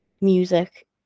music